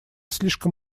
слишком